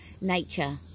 nature